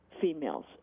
females